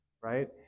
right